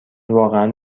واقعا